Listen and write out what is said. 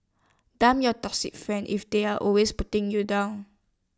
dump your toxic friends if they're always putting you down